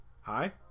Hi